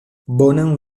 bonan